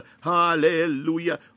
Hallelujah